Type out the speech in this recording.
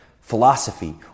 Philosophy